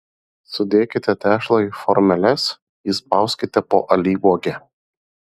sudėkite tešlą į formeles įspauskite po alyvuogę